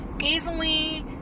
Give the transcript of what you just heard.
easily